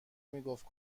میگفت